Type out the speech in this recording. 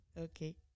Okay